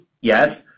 yes